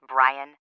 Brian